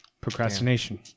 Procrastination